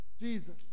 Jesus